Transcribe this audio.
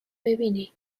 ببینی